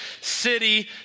City